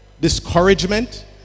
discouragement